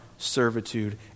Servitude